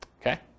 Okay